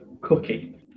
cookie